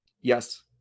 Yes